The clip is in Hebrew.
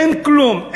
אין כלום,